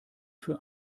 für